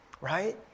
right